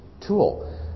tool